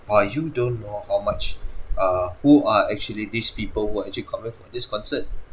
err you don't know how much err who are actually these people who are actually coming for this concert